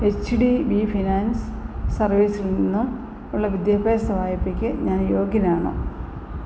H D B finance സർവീസിൽ നിന്നുള്ള വിദ്യാഭ്യാസ വായ്പ്പയ്ക്ക് ഞാൻ യോഗ്യനാണോ